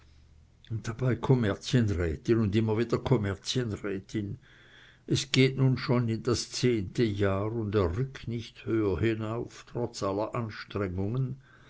dabei kommerzienrätin und immer wieder kommerzienrätin es geht nun schon in das zehnte jahr und er rückt nicht höher hinauf trotz aller anstrengungen